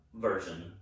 Version